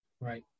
right